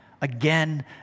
again